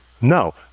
No